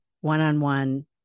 one-on-one